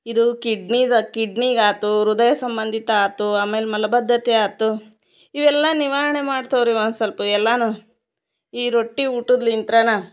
ಇದೂ ಕಿಡ್ನಿದ ಕಿಡ್ನಿಗಾತು ಹೃದಯ ಸಂಬಂಧಿತ ಆತು ಆಮೇಲೆ ಮಲಬದ್ಧತೆ ಆತು ಇವೆಲ್ಲ ನಿವಾರಣೆ ಮಾಡ್ತವೆ ರೀ ಒಂದ್ ಸ್ವಲ್ಪ ಎಲ್ಲಾನು ಈ ರೊಟ್ಟಿ ಊಟದ್ಲಿಂತ್ರನ